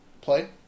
Play